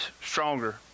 stronger